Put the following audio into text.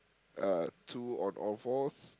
uh two on all fours